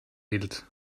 wild